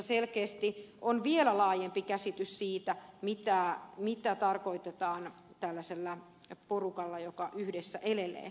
siinä on selkeästi vielä laajempi käsitys siitä mitä tarkoitetaan tällaisella porukalla joka yhdessä elelee